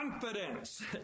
confidence